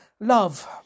love